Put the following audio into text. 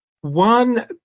one